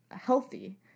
healthy